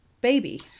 baby